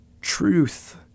Truth